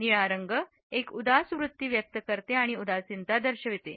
निळा रंग एक उदास वृत्ती व्यक्त करते आणि उदासीनता दर्शवते